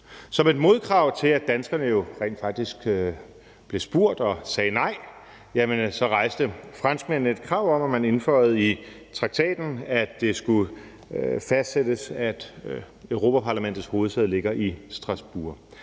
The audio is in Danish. Som et modkrav til, at danskerne jo rent faktisk blev spurgt og sagde nej, rejste franskmændene et krav om, at man indføjede og fastsatte i traktaten, at Europa-Parlamentets hovedsæde ligger i Strasbourg.